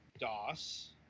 DOS